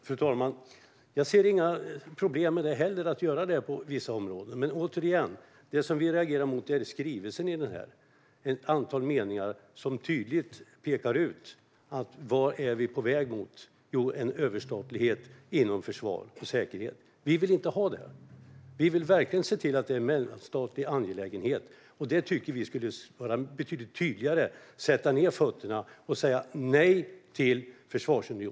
Fru talman! Jag ser inga problem med att göra detta på vissa områden. Men återigen: Det vi reagerar mot är skrivelsen här. Det finns ett antal meningar som tydligt pekar ut vad vi är på väg mot: en överstatlighet inom försvar och säkerhet. Vi vill inte ha det. Vi vill verkligen se till att detta är en mellanstatlig angelägenhet, och vi tycker att det borde vara betydligt tydligare. Man borde sätta ned foten och säga nej till en försvarsunion.